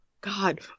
God